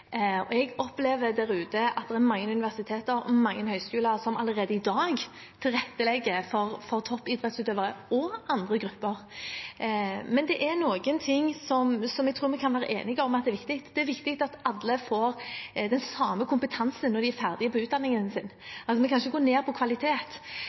tilrettelegging. Jeg opplever der ute at det er mange universiteter og mange høyskoler som allerede i dag tilrettelegger for toppidrettsutøvere og andre grupper. Men det er noen ting som jeg tror vi kan være enige om at er viktig. Det er viktig at alle får den samme kompetansen når de er ferdig med utdanningen sin. Vi kan altså ikke gå ned på